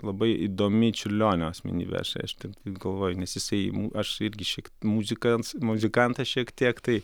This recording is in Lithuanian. labai įdomi čiurlionio asmenybė galvoje nes jisai aš irgi šiek muzikan muzikantas šiek tiek tai